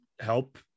help